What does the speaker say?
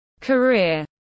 career